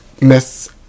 Miss